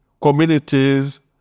communities